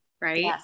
Right